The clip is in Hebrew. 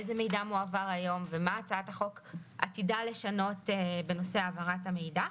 איזה מידע מועבר היום ומה הצעת החוק עתידה לשנות בנושא העברת המידע.